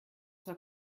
zwar